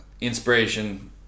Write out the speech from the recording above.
inspiration